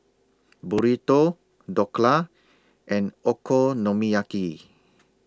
Burrito Dhokla and Okonomiyaki